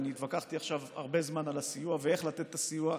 והתווכחתי עכשיו הרבה זמן על הסיוע ואיך לתת את הסיוע,